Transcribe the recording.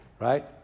Right